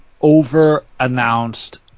over-announced